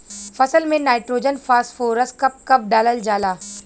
फसल में nitrogen phosphorus कब कब डालल जाला?